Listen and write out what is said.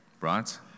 right